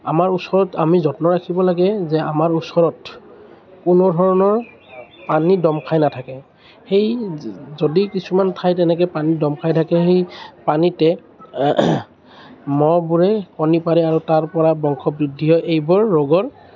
আমাৰ ওচৰত আমি যত্ন ৰাখিব লাগে যে আমাৰ ওচৰত কোনো ধৰণৰ পানী দ'ম খাই নাথাকে সেই যদি কিছুমান ঠাইত এনেকৈ পানী দ'ম খাই থাকে সেই পানীতে মহবোৰে কণী পাৰে আৰু তাৰ পৰা বংশ বৃদ্ধি হৈ এইবোৰ ৰোগৰ